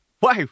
Wow